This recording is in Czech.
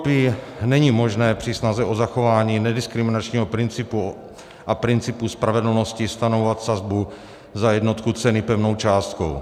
U ropy není možné při snaze o zachování nediskriminačního principu a principu spravedlnosti stanovovat sazbu za jednotku ceny pevnou částkou.